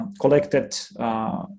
collected